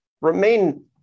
remain